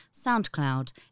SoundCloud